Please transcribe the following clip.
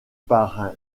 par